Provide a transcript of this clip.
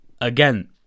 Again